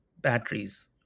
batteries